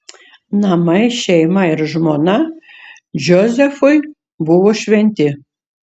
namai šeima ir žmona džozefui buvo šventi